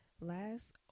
Last